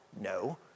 No